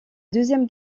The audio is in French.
deuxième